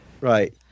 Right